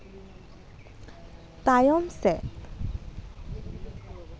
ᱛᱟᱭᱚᱢ ᱥᱮᱫ